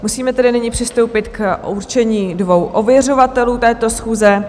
Musíme tedy nyní přistoupit k určení dvou ověřovatelů této schůze.